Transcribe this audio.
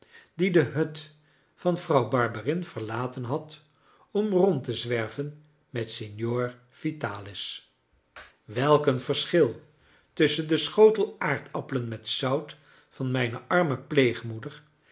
die de hut van vrouw barberin verlaten had om rond te zwerven met signor vitalis welk een verschil tusschen den schotel aardappelen met zout van mijn arme